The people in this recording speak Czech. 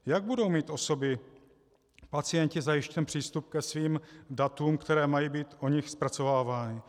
Jak budou mít osoby, pacienti, zajištěn přístup ke svým datům, která mají o nich být zpracovávána?